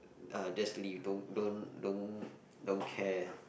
uh just leave don't don't don't don't care